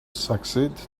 succeed